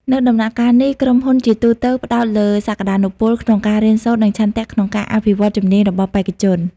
នៅដំណាក់កាលនេះ ក្រុមហ៊ុនជាទូទៅផ្តោតលើសក្តានុពលក្នុងការរៀនសូត្រ និងឆន្ទៈក្នុងការអភិវឌ្ឍជំនាញរបស់បេក្ខជន។